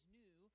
new